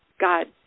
God